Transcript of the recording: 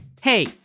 Hey